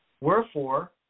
Wherefore